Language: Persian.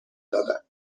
دادن